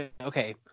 okay